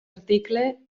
article